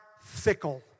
fickle